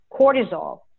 cortisol